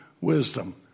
wisdom